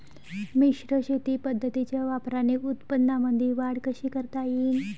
मिश्र शेती पद्धतीच्या वापराने उत्पन्नामंदी वाढ कशी करता येईन?